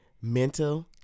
mental